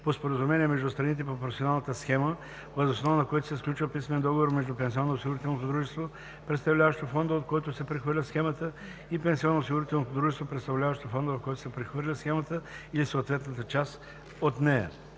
по споразумение между страните по професионалната схема, въз основа на което се сключва писмен договор между пенсионноосигурителното дружество, представляващо фонда, от който се прехвърля схемата, и пенсионноосигурителното дружество, представляващо фонда, в който се прехвърля схемата или съответната част от нея.